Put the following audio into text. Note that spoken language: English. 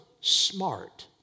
smart